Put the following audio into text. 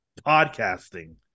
podcasting